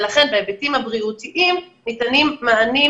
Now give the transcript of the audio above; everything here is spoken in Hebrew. ולכן בהיבטים הבריאותיים ניתנים מענים